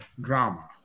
drama